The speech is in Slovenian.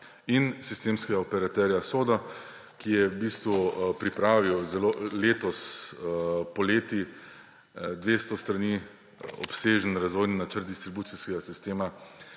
in sistemskega operaterja SODA, ki je v bistvu pripravil letos poleti 200 strani obsežen Razvojni načrt distribucijskega sistema